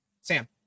Sam